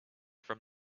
from